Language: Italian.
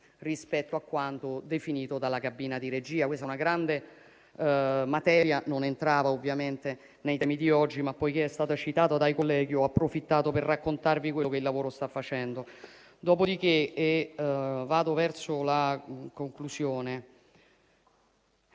rispetto a quanto definito dalla cabina di regia. Questa è una grande materia, che non rientrava ovviamente nei temi di oggi, ma, poiché è stata citata dai colleghi, ne ho approfittato per raccontarvi quello che il Governo sta facendo. Dopodiché, mi avvio alla conclusione.